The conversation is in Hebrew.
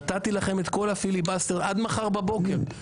נתתי לכם את כל הפיליבסטר עד מחר בבוקר,